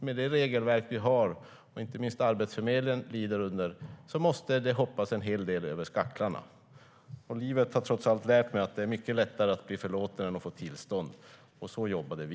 Med det regelverk som vi har och som inte minst Arbetsförmedlingen lider under måste man tyvärr också hoppa en hel del över skaklarna. Livet har trots allt lärt mig att det är mycket lättare att bli förlåten än att få tillstånd. Så jobbade vi.